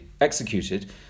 executed